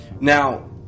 Now